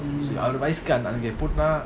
so அவருவயசுக்குஎப்பப்ப:avaru vayasuku eppapa